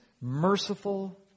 merciful